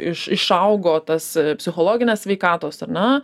iš išaugo tas psichologinės sveikatos ar ne